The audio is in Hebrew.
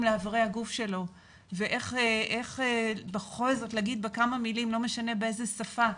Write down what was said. לאיברי הגוף שלו ואיך בכל זאת להגיד בכמה מילים-לא משנה באיזו שפה,